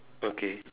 okay